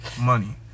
money